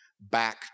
back